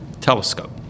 telescope